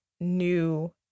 new